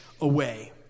away